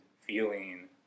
feeling